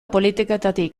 politiketatik